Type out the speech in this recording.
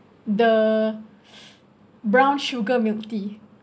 the brown sugar milk tea